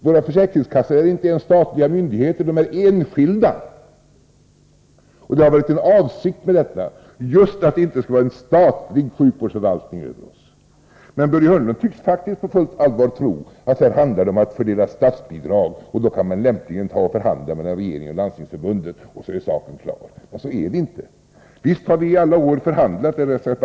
Våra försäkringskassor är inte ens statliga myndigheter. De är enskilda. Det har också varit en avsikt med detta: vi skulle inte ha en statlig sjukvårdsförvaltning över oss. Men Börje Hörnlund tycks faktiskt på fullt allvar tro att det handlar om att fördela statsbidrag, varför regeringen och Landstingsförbundet lämpligen kan förhandla. Så är saken klar. Men på det sättet förhåller det sig inte.